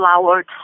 flowered